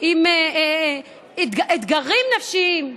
עם אתגרים נפשיים,